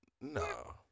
No